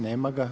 Nema ga.